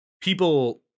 people